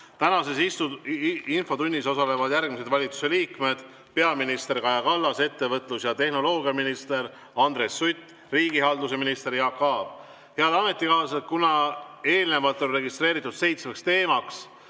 Tänases infotunnis osalevad järgmised valitsusliikmed: peaminister Kaja Kallas, ettevõtlus‑ ja tehnoloogiaminister Andres Sutt ning riigihalduse minister Jaak Aab. Head ametikaaslased! Kuna eelnevalt on registreeritud seitse